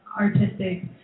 artistic